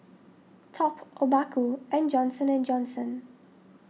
Top Obaku and Johnson and Johnson